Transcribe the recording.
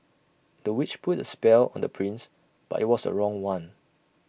the witch put A spell on the prince but IT was A wrong one